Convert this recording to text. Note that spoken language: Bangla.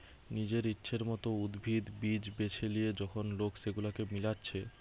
নিজের ইচ্ছের মত উদ্ভিদ, বীজ বেছে লিয়ে যখন লোক সেগুলাকে মিলাচ্ছে